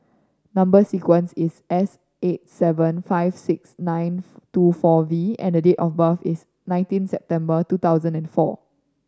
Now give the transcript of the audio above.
number sequence is S eight seven five six nine two four V and date of birth is nineteen September two thousand and four